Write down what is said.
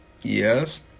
Yes